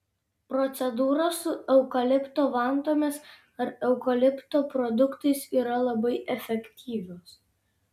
procedūros su eukalipto vantomis ar eukalipto produktais yra labai efektyvios